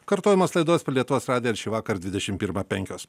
kartojamos laidos per lietuvos radiją šįvakar dvidešim pirmą penkios